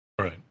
Right